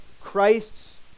Christ's